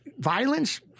Violence